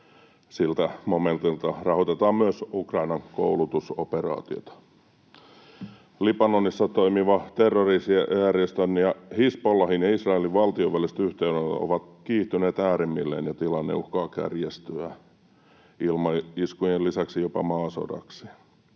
Siltä momentilta rahoitetaan myös Ukrainan koulutusoperaatiota. Libanonissa toimivan terroristijärjestö Hizbollahin ja Israelin valtion väliset yhteenotot ovat kiihtyneet äärimmilleen, ja tilanne uhkaa kärjistyä ilmaiskujen lisäksi jopa maasodaksi.